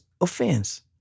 offense